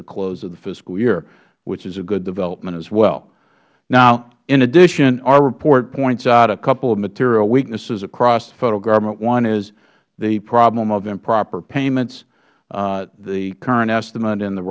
the close of the fiscal year which is a good development as well now in addition our report points out a couple of material weaknesses across the federal government one is the problem of improper payments the current estimate in the